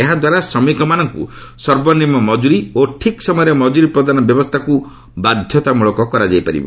ଏହାଦ୍ୱାରା ଶ୍ରମିକମାନଙ୍କୁ ସର୍ବନିମ୍ନ ମକ୍ତୁରୀ ଓ ଠିକ୍ ସମୟରେ ମଜୁରୀ ପ୍ରଦାନ ବ୍ୟବସ୍ଥାକୁ ବାଧ୍ୟତାମୂଳକ କରାଯାଇ ପାରିବ